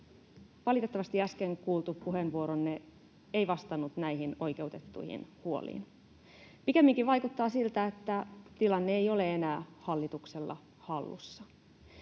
valitettavasti äsken kuultu puheenvuoronne ei vastannut näihin oikeutettuihin huoliin. Pikemminkin vaikuttaa siltä, että tilanne ei ole enää hallituksella hallussa.